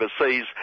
overseas